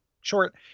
short